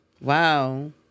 Wow